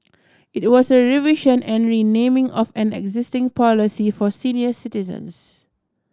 it was a revision and renaming of an existing policy for senior citizens